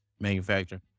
manufacturer